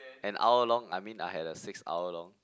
an hour long I mean I had a six hour long